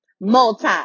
multi